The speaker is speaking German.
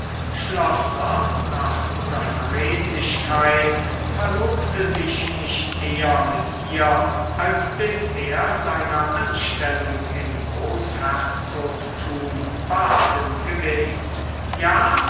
schlosser nach seiner redlichkeit verlobte sich nicht eher mit ihr als bis er seiner anstellung im großherzogtum baden gewiß ja